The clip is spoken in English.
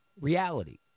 reality